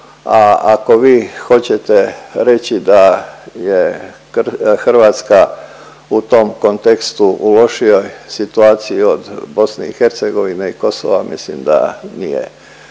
ako vi hoćete reći da je Hrvatska u tom kontekstu u lošijoj situaciji od BiH i Kosova mislim da nije,